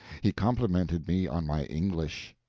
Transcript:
he complimented me on my english.